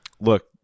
look